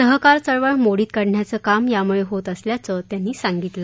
सहकार चळवळ मोडीत काढण्याचं काम यामुळे होत असल्याचं त्यांनी सांगितलं